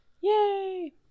Yay